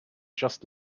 just